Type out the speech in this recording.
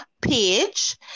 page